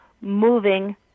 moving